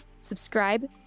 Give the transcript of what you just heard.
Subscribe